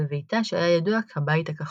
בביתה שהיה ידוע כבית הכחול.